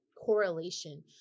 correlation